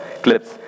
clips